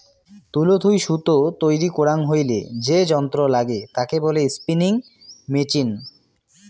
তুলো থুই সুতো তৈরী করাং হইলে যে যন্ত্র নাগে তাকে বলে স্পিনিং মেচিন